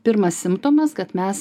pirmas simptomas kad mes